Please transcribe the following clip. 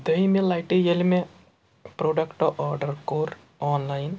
دٔیِمہِ لَٹہِ ییٚلہِ مےٚ پروڈَکٹ آرڈَر کوٚر آن لایِن